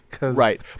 Right